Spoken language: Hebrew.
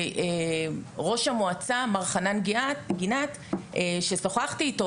ראש המועצה מר חנן גינת ששוחחתי איתו